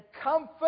comfort